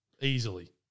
Easily